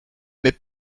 mais